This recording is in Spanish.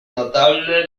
notable